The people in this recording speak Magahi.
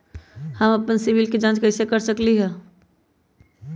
हम अपन सिबिल के जाँच कइसे कर सकली ह?